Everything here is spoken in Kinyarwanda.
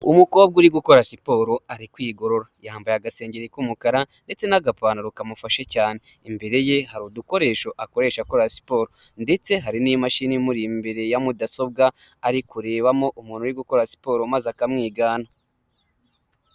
Umukobwa uri gukora siporo ari kwigorora yambaye agasengeri k'umukara ndetse n'agapantaro kamufashe cyane, imbere ye hari udukoresho akoresha akora siporo ndetse hari n'imashini imuri imbere ya mudasobwa ari kurebamo umuntu uri gukora siporo maze akamwigana.